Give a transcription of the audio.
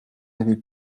avez